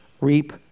reap